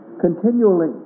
Continually